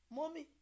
Mommy